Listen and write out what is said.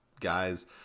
guys